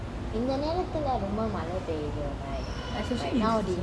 கொஞ்ச நேரத்துல ரொம்ப மழை பேரையுது:konja nerathula romba mazha peaiyuthu